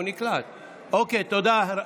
תודה.